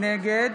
נגד